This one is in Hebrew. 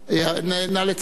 נא לצלצל,